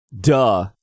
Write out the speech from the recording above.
duh